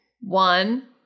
One